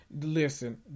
Listen